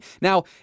Now